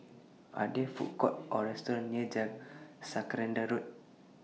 Are There Food Courts Or restaurants near Jacaranda Road